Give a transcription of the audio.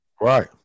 Right